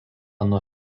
nuo